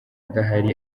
udahari